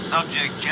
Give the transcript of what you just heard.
Subject